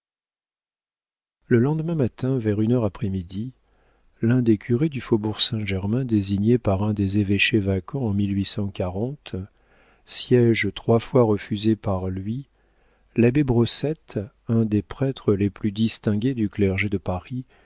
le lendemain vers une heure après-midi l'un des curés du faubourg saint-germain désigné pour un des évêchés vacants en si trois fois refusé par lui l'abbé brossette un des prêtres les plus distingués du clergé de paris